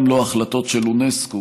גם לא החלטות של אונסק"ו,